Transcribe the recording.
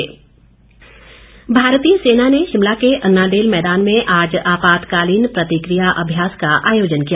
पूर्वाभ्यास भारतीय सेना ने शिमला के अनाडेल मैदान में आज आपातकालीन प्रतिक्रिया अभ्यास का आयोजन किया